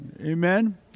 Amen